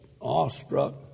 awestruck